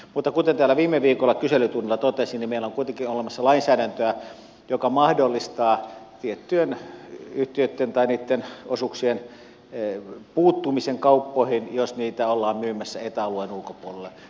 mutta kuten täällä viime viikolla kyselytunnilla totesin meillä on kuitenkin olemassa lainsäädäntöä joka mahdollistaa tiettyjen yhtiöitten tai niitten osuuksien puuttumisen kauppoihin jos niitä ollaan myymässä eta alueen ulkopuolelle